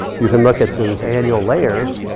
you can look at those annual layers,